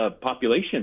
population